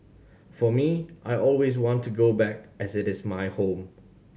for me I always want to go back as it is my home